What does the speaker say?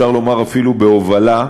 אפשר לומר אפילו בהובלה,